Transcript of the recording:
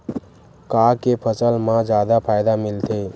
का के फसल मा जादा फ़ायदा मिलथे?